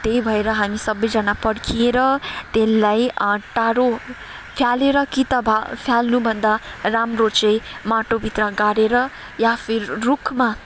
त्यही भएर हामी सबैजना पर्खिएर त्यसलाई टाढो फ्यालेर कि त वा फ्याल्नुभन्दा राम्रो चाहिँ माटोभित्र गाडेर या फिर रुखमा